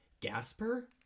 Gasper